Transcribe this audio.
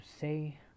say